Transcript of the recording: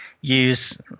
use